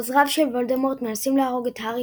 עוזריו של וולדמורט מנסים להרוג את הארי